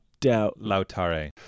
Lautare